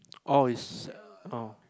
orh it's uh orh